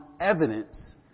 evidence